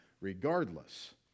regardless